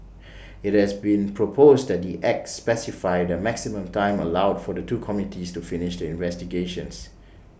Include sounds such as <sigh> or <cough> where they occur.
<noise> IT has been proposed that the acts specify the maximum time allowed for the two committees to finish investigations